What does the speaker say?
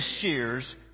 shears